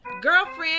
girlfriend